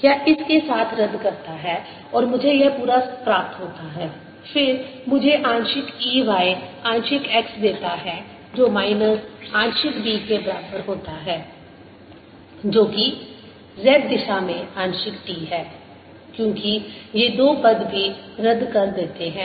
यह इस के साथ रद्द करता है और मुझे यह पूरा प्राप्त होता है फिर मुझे आंशिक E y आंशिक x देता है जो माइनस आंशिक B के बराबर होता है जो कि z दिशा में आंशिक t है क्योंकि ये दो पद भी रद्द कर देते हैं